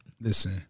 Listen